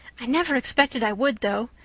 i never expected i would, though.